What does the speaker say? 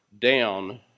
down